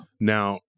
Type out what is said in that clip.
Now